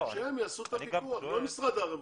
שהם יעשו את הפיקוח ולא משרד הרווחה.